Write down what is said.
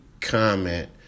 comment